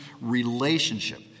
relationship